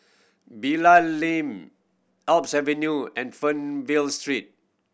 Bilal Lane Alps Avenue and Fernvale Street